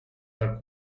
her